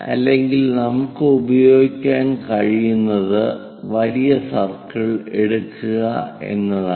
അല്ലെങ്കിൽ നമുക്ക് ഉപയോഗിക്കാൻ കഴിയുന്നത് വലിയ സർക്കിൾ എടുക്കുക എന്നതാണ്